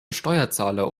steuerzahler